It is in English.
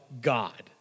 God